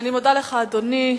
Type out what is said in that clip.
אני מודה לך, אדוני.